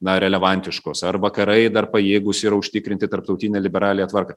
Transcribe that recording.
na relevantiškos ar vakarai dar pajėgūs ir užtikrinti tarptautinę liberaliąją tvarką